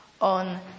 on